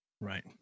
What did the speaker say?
Right